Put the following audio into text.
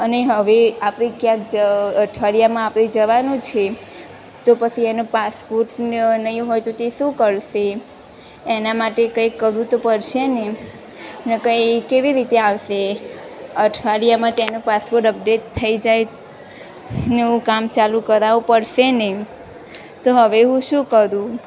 અને હવે આપણે ક્યાંક આઠવાડિયામાં આપણે જવાનું છે તો પછી એનો પાસપોટ ન નહીં હોય તો તે શું કરશે એના માટે કંઇક કરવું તો પડશે ને નકર એ કેવી રીતે આવશે અઠવાડિયામાં તેનું પાસપોટ અપડેટ થઈ જાય એનું કામ ચાલું કરાવવું પડશે ને તો હવે હું શું કરું